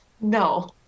No